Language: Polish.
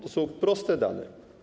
To są proste dane.